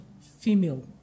female